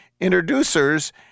introducers